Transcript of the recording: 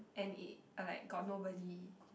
and it like got nobody